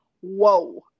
whoa